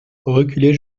reculer